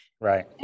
right